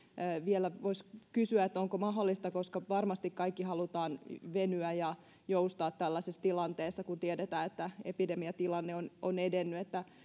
vielä voisi kysyä koska varmasti kaikki haluavat venyä ja joustaa tällaisessa tilanteessa kun tiedetään että epidemiatilanne on on edennyt onko mahdollista